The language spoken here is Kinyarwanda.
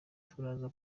turaza